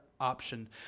option